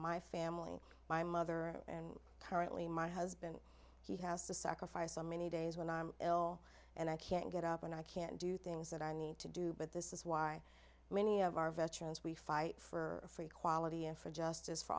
my family my mother and currently my husband he has to sacrifice on many days when i'm ill and i can't get up and i can't do things that i need to do but this is why many of our veterans we fight for free quality and for justice for